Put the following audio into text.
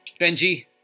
Benji